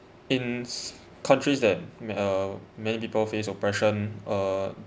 in s~ countries that uh many people face oppression uh